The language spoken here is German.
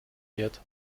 wird